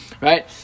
right